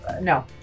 No